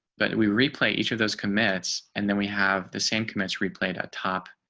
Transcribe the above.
but we replay each of those commits and then we have the same commits replayed on top.